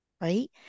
right